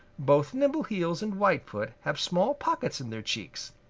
both nimbleheels and whitefoot have small pockets in their cheeks.